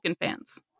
fans